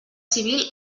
civil